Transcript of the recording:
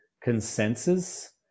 consensus